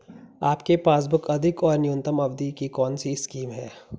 आपके पासबुक अधिक और न्यूनतम अवधि की कौनसी स्कीम है?